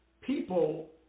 people